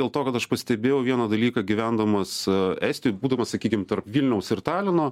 dėl to kad aš pastebėjau vieną dalyką gyvendamas estijoj būdamas sakykim tarp vilniaus ir talino